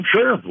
Sure